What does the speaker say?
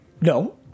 No